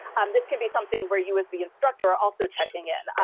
um this can be something where you as the instructor are also checking in.